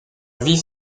vif